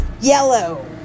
yellow